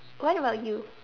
what about you